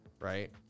right